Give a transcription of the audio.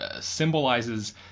symbolizes